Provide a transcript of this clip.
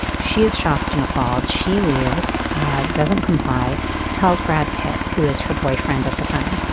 she is shocked and appalled. she lives doesn't comply tells brad pitt who is her boyfriend at the time.